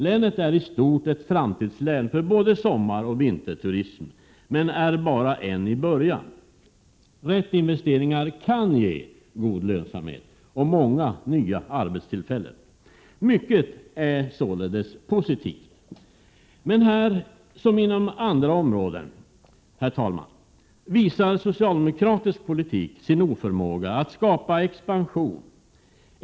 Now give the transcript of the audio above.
Länet är i stort ett framtidslän för både sommaroch vinterturism, men är ännu bara i början. Riktiga investeringar kan ge god lönsamhet och många nya arbetstillfällen. Mycket är således positivt. Men här som inom andra områden, herr talman, visar socialdemokratisk politik sin oförmåga att skapa expansion.